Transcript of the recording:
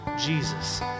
Jesus